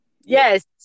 Yes